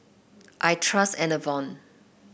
I trust Enervon